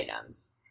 items